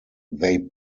they